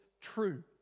true